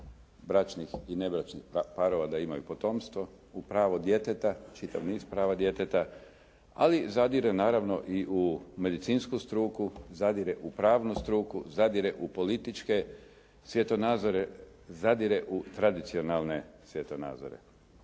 bračnih i nebračnih parova da imaju potomstvo, u pravo djeteta, čitav niz prava djeteta, ali zadire naravno i u medicinsku struku, zadire u pravnu struku, zadire u političke svjetonazore, zadire u tradicionalne svjetonazore.